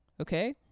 Okay